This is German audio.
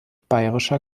bayerischer